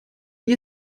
wie